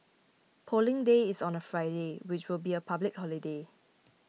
Polling Day is on a Friday which will be a public holiday